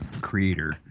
Creator